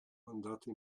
mandato